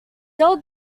del